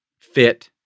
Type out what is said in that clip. fit